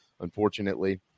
unfortunately